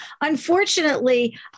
Unfortunately